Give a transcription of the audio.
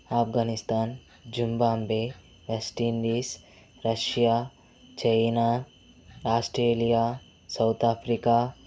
Afghanistan Zimbabwe West Indies Russia China Australia South Africa